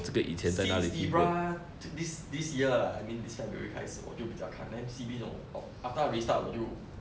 since ibrah to this year ah I mean this february 开始我就比较看 then C_B 我 oh after 他 restart 我就